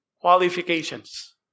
qualifications